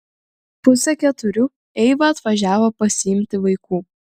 pusę keturių eiva atvažiavo pasiimti vaikų